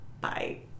Bye